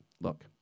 look